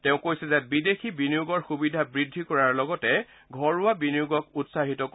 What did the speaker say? তেওঁ কৈছে যে বিদেশী বিনিয়োগৰ সুবিধা বৃদ্ধি কৰাৰ লগতে ঘৰুৱা বিনিয়োগক উৎসাহিত কৰিব